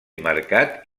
mercat